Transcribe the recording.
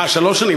אה, שלוש שנים.